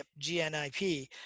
GNIP